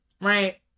right